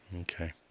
Okay